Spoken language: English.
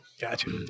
Gotcha